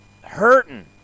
hurting